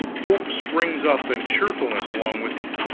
hope springs up, and cheerfulness along with it,